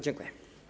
Dziękuję.